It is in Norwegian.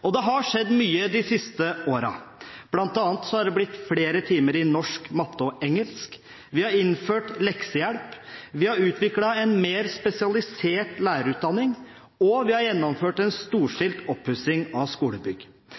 Det har skjedd mye de siste årene. Det har bl.a. blitt flere timer i norsk, matte og engelsk. Vi har innført leksehjelp. Vi har utviklet en mer spesialisert lærerutdanning, og vi har gjennomført en storstilt oppussing av skolebygg.